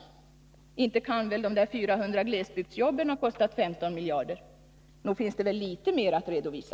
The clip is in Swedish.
Inte kan väl de där 400 glesbygdsjobben ha kostat 15 miljarder? Nog finns det väl litet mer att redovisa?